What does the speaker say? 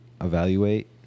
evaluate